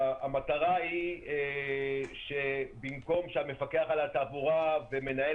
המטרה היא שבמקום שהמפקח על התעבורה ומנהל